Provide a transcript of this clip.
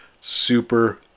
super